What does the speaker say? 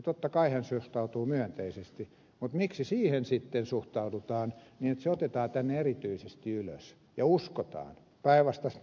totta kai hän suhtautuu myönteisesti mutta miksi siihen sitten suhtaudutaan niin että se otetaan tänne erityisesti ylös ja uskotaan päinvastaista mielipidettä